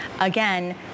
again